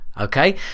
Okay